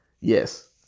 yes